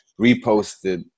reposted